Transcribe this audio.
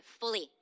fully